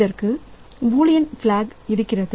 இதற்கு ஒரு Boolean block இருக்கிறது